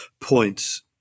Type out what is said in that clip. points